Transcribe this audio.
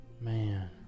man